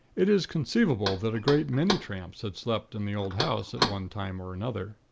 it is conceivable that a great many tramps had slept in the old house, at one time or another.